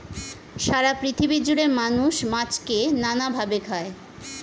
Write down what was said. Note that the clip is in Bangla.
সারা পৃথিবী জুড়ে মানুষ মাছকে নানা ভাবে খায়